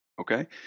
okay